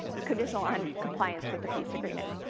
conditional on compliance with the peace agreement.